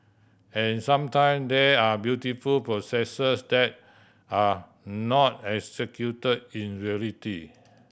and sometime there are beautiful processes that are not execute in reality